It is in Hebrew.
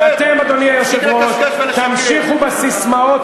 תפסיק לקשקש